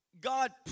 God